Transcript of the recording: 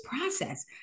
process